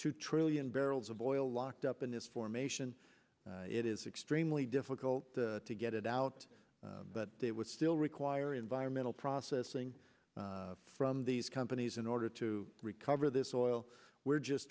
two trillion barrels of oil locked up in this formation it is extremely difficult to get it out but they would still require environmental processing from these companies in order to recover this oil we're just